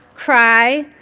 cry.